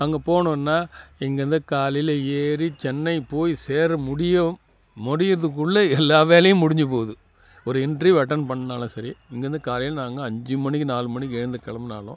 அங்கே போகணுன்னா இங்கேருந்து காலையில் ஏறி சென்னை போய் சேர முடியும் முடியிறதுக்குள்ளே எல்லா வேலையும் முடிஞ்சு போது ஒரு இன்ட்ரிவ்யூ அட்டெண்ட் பண்ணாலும் சரி இங்கேருந்து காலையில் நாங்கள் அஞ்சு மணிக்கு நாலு மணிக்கு எழுந்து கிளம்புனாலும்